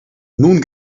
nun